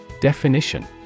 Definition